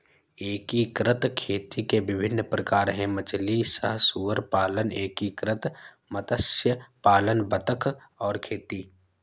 एकीकृत खेती के विभिन्न प्रकार हैं मछली सह सुअर पालन, एकीकृत मत्स्य पालन बतख और खेती